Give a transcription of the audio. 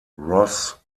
ross